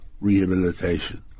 rehabilitation